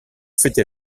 fêter